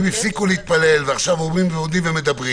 אם הפסיקו להתפלל ועומדים ומדברים